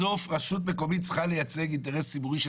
בסוף רשות מקומית צריכה לייצג אינטרס ציבורי,